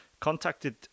contacted